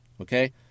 okay